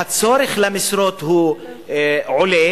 הצורך במשרות עולה,